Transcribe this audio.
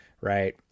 Right